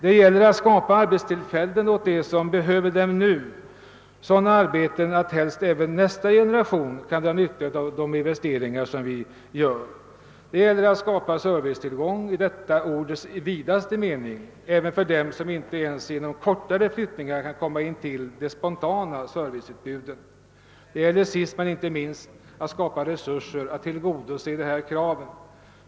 Det gäller att skapa arbetstillfällen åt dem som nu behöver arbete, och helst skall även nästa generation kunna dra nytta av investeringarna. Det gäller att skapa servicetillgång i detta ords vidaste mening även för dem som inte ens genom kortare flyttningar kan komma intill de spontana serviceutbuden. Det gäller sist men inte minst att skapa resurser för att tillgodose dessa krav.